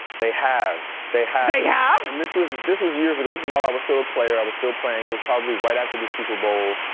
they have, they have. they have? and this was this was years ago, this was while i was still a player, i was still playing, it was probably right after the super bowl,